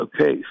okay